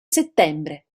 settembre